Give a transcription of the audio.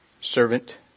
servant